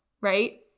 right